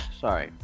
sorry